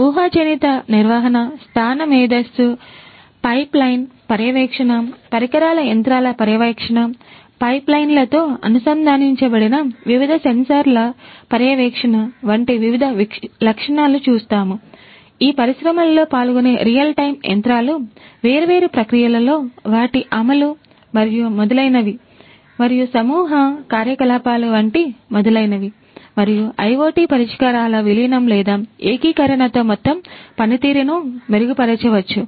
ఊహాజనిత కార్యకలాపాలు వంటి మొదలైనవి మరియు IoT పరిష్కారాల విలీనం లేదా ఏకీకరణతో మొత్తం పనితీరును మెరుగుపరచవచ్చు